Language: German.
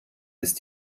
ist